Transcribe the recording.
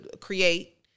create